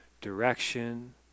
direction